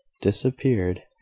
disappeared